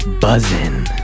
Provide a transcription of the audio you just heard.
Buzzin